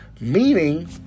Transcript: meaning